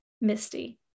Misty